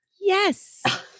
Yes